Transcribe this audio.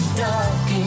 dark